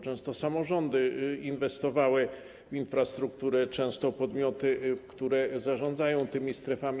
Często to samorządy inwestowały w infrastrukturę, często podmioty, które zarządzają tymi strefami.